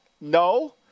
No